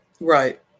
Right